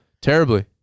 terribly